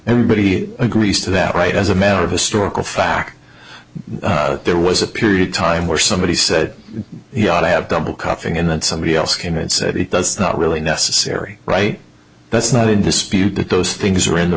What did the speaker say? everybody agrees to that right as a matter of historical fact there was a period time where somebody said he ought to have double coughing and that somebody else came and said it does not really necessary right that's not in dispute that those things are in the